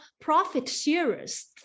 profit-sharers